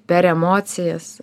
per emocijas